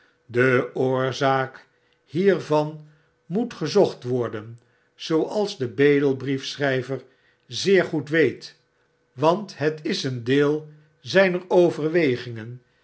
de oorzaak hiervan moet gezocht word en zooals de bedelbriefschryver zeer goed weet want het is een deel zyner overwegingen